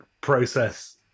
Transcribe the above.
process